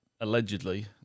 allegedly